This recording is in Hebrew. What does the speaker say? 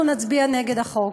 אנחנו נצביע נגד החוק.